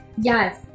Yes